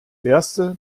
erste